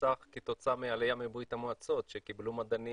נחסך כתוצאה מהעלייה מברית המועצות שקיבלו מדענים